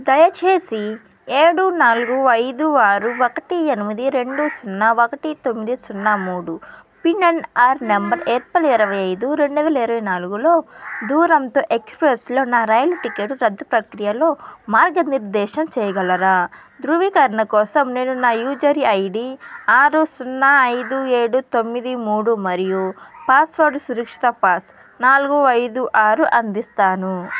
దయచేసి ఏడు నాలుగు ఐదు ఆరు ఒకటి ఎనిమిది రెండు సున్నా ఒకటి తొమ్మిది సున్నా మూడు పిఎన్ఆర్ నెంబర్ ఏప్రిల్ ఇరవై ఐదు రెండు వేల ఇరవై నాలుగులో దూరంతో ఎక్స్ప్రెస్లో నా రైలు టికెట్ రద్దు ప్రక్రియలో మార్గనిర్దేశం చేయగలరా ధృవీకరణ కోసం నేను నా యూసర్ ఐడి ఆరు సున్నా ఐదు ఏడు తొమ్మిది మూడు మరియు పాస్వర్డ్ సురక్షిత పాస్ నాలుగు ఐదు ఆరు అందిస్తాను